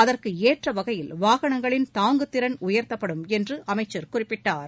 அதற்கு ஏற்றவகையில் வாகனங்களின் தாங்குதிறன் உயர்த்தப்படும் என்று அமைச்சர் குறிப்பிட்டார்